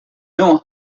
know